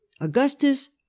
Augustus